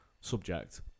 subject